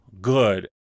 good